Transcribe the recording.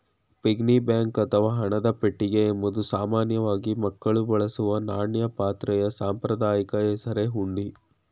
piggy bank ಅಥವಾ ಹಣದ ಪೆಟ್ಟಿಗೆ ಎಂಬುದು ಸಾಮಾನ್ಯವಾಗಿ ಮಕ್ಕಳು ಬಳಸುವ ನಾಣ್ಯ ಪಾತ್ರೆಯ ಸಾಂಪ್ರದಾಯಿಕ ಹೆಸರೇ ಹುಂಡಿ